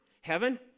Heaven